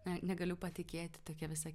na negaliu patikėti tokia visa